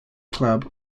club